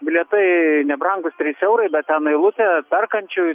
bilietai nebrangūs trys eurai bet ten eilutė perkančių